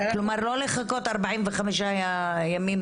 כלומר לא לחכות 45 ימים.